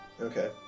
Okay